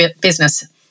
business